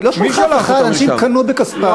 היא לא שלחה אף אחד, אנשים קנו בכספם.